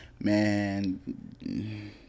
Man